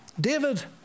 David